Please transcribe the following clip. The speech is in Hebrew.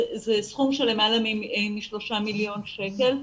זה סכום של למעלה מ-3 מיליון שקל.